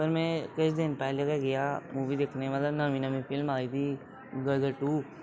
sir में किश पैह्लें गै गेआ हा मूवी दिक्खने ई मतलब नमीं नमीं फिल्म आई ही गदर टू